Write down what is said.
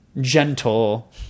gentle